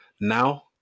now